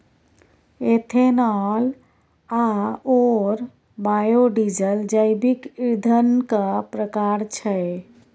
ethanol आओर biodiesel जैविक ईंधनक प्रकार छै